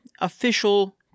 official